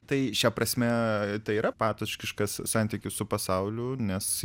tai šia prasme tai yra patočkiškas santykius su pasauliu nes